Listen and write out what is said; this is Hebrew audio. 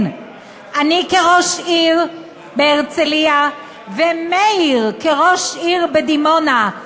אני כראש עיר בהרצליה, ומאיר כראש עיר בדימונה,